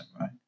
right